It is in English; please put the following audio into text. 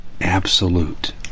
absolute